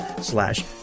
slash